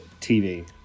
TV